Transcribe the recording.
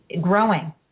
growing